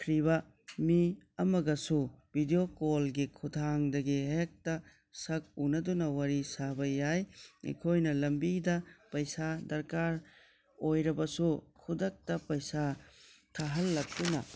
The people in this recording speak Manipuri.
ꯈ꯭ꯔꯤꯕ ꯃꯤ ꯑꯃꯒꯁꯨ ꯕꯤꯗꯤꯑꯣ ꯀꯣꯜꯒꯤ ꯈꯨꯠꯊꯥꯡꯗꯒꯤ ꯍꯦꯛꯇ ꯁꯛ ꯎꯅꯗꯨꯅ ꯋꯥꯔꯤ ꯁꯥꯕ ꯌꯥꯏ ꯑꯩꯈꯣꯏꯅ ꯂꯝꯕꯤꯗ ꯄꯩꯁꯥ ꯗꯔꯀꯥꯔ ꯑꯣꯏꯔꯕꯁꯨ ꯈꯨꯗꯛꯇ ꯄꯩꯁꯥ ꯊꯥꯍꯜꯂꯛꯇꯨꯅ